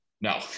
no